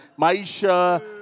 Maisha